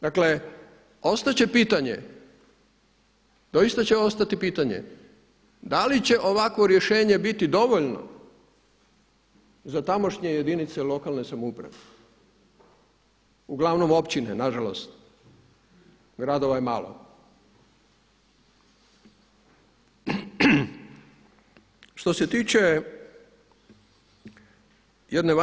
Dakle, ostat će pitanje doista će ostati pitanje, da li će ovakvo rješenje biti dovoljno za tamošnje jedinice lokalne samouprave, uglavnom općine nažalost, gradova je malo.